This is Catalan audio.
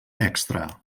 extra